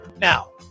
Now